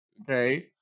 okay